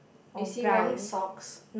is he wearing socks